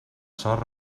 sort